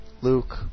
Luke